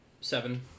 Seven